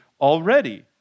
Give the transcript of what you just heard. already